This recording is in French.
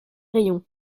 riom